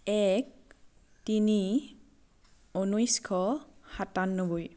এক তিনি ঊনৈছশ সাতান্নব্বৈ